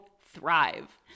thrive